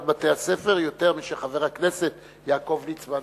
בתי-הספר יותר מחבר הכנסת יעקב ליצמן,